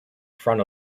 front